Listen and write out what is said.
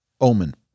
omen